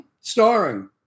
starring